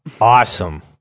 Awesome